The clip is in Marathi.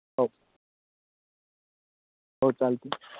हो हो चालते